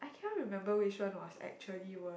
I cannot remember which one was actually wor~